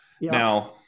now